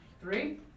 Three